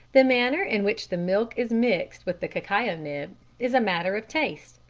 the manner in which the milk is mixed with the cacao nib is a matter of taste,